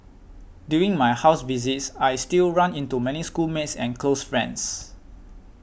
during my house visits I still run into many schoolmates and close friends